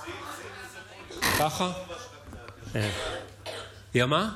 תרים טיפה, עוד קצת, עוד קצת, מה?